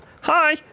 Hi